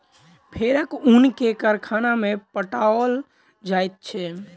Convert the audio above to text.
भेड़क ऊन के कारखाना में पठाओल जाइत छै